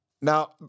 Now